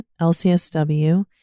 LCSW